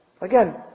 Again